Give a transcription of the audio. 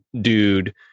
dude